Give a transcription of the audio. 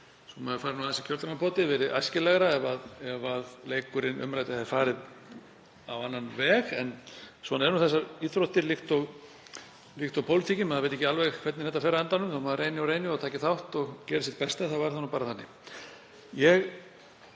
svo maður fari nú aðeins í kjördæmapotið, verið æskilegra ef leikurinn umræddi hefði farið á annan veg. En svona eru nú þessar íþróttir líkt og pólitíkin, maður veit ekki alveg hvernig þetta fer á endanum þótt maður reyni og reyni og taki þátt og geri sitt besta, það er bara þannig.